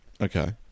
Okay